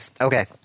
Okay